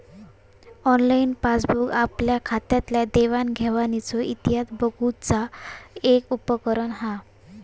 online passbook आपल्या खात्यातल्या देवाण घेवाणीचो इतिहास बघुचा एक उपकरण हा